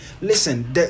listen